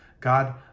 god